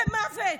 במוות.